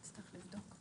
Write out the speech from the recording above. --- נצטרך לבדוק.